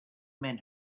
men